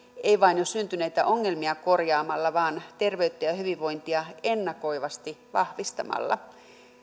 ei vain jo syntyneitä ongelmia korjaamalla vaan terveyttä ja hyvinvointia ennakoivasti vahvistamalla